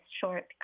short